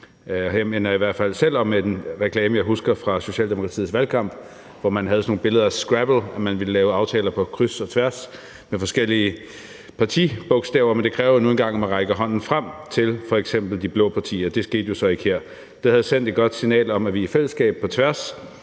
Her minder jeg om en reklame, jeg selv husker fra Socialdemokratiets valgkamp, hvor man havde sådan nogle billeder af scrabble med forskellige partibogstaver, der skulle vise, at man ville lave aftaler på kryds og tværs, men det kræver jo nu engang, at man rækker hånden frem til f.eks. de blå partier. Det skete jo så ikke her. Det havde sendt et godt signal om, at vi i fællesskab på tværs